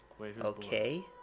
Okay